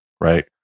right